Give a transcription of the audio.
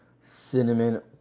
Cinnamon